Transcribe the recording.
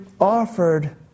offered